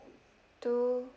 two